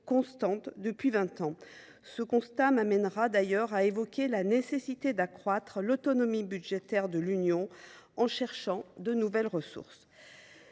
constante depuis vingt ans. Ce constat m’amènera d’ailleurs à évoquer la nécessité d’accroître l’autonomie budgétaire de l’Union européenne par la recherche de nouvelles ressources